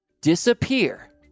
disappear